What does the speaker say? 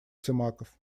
симаков